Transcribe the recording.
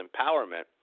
empowerment